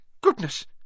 goodness